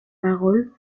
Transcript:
paroles